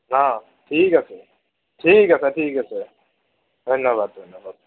অঁ ঠিক আছে ঠিক আছে ঠিক আছে ধন্যবাদ ধন্য়বাদ